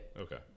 okay